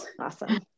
Awesome